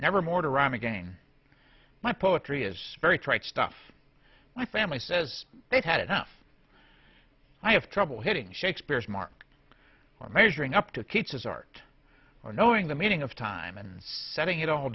never more to rhyme again my poetry is very trite stuff my family says they've had enough i have trouble hitting shakespeare's mark or measuring up to keats as art or knowing the meaning of time and setting it all